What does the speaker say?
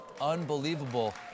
Unbelievable